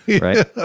Right